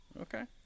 Okay